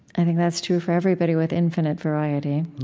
i think that's true for everybody with infinite variety